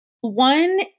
one